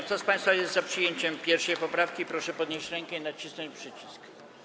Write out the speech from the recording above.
Kto z państwa jest za przyjęciem 1. poprawki, proszę podnieść rękę i nacisnąć przycisk.